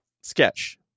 sketch